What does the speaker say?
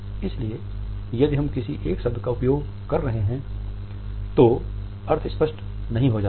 इसलिए यदि हम किसी एक शब्द का उपयोग कर रहे हैं तो अर्थ स्पष्ट नहीं हो जाता है